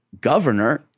governor